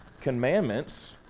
commandments